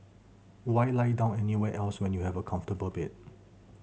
why lie down anywhere else when you have a comfortable bed